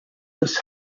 this